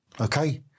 Okay